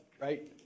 right